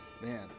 Man